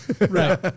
Right